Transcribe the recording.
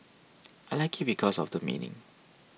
I like it because of the meaning